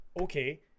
okay